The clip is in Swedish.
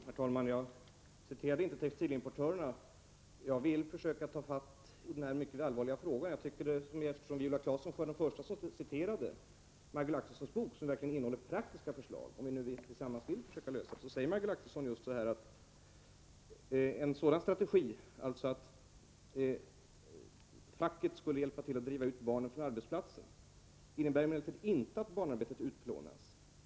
Herr talman! Jag citerade inte textilimportörerna. Jag vill försöka ta tag i denna mycket allvarliga fråga. Viola Claesson var den första som citerade Majgull Axelssons bok. Den innehåller verkligen praktiska förslag, som vi skall ta fasta på om vi tillsammans vill försöka lösa frågan. Majgull Axelsson skriver bl.a.: ”En sådan strategi” — alltså att facket skulle hjälpa till att driva ut barnen från arbetsplatserna — ”innebär emellertid inte att barnarbetet utplånas.